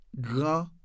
grand